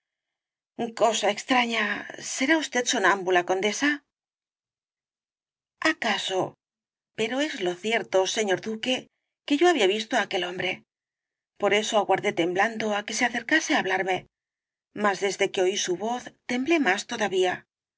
cosa extraña será usted sonámbula condesa acaso pero es lo cierto señor duque que yo había visto á aquel hombre por eso aguardé temblando que se acercase á hablarme mas desde que oí su voz temblé más todavía